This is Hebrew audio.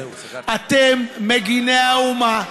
אתם מגיני האומה,